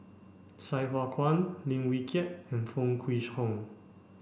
Sai Hua Kuan Lim Wee Kiak and Foo Kwee Horng